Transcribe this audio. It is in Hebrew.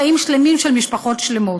חיים שלמים של משפחות שלמות.